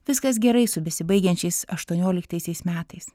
viskas gerai su besibaigiančiais aštuonioliktaisiais metais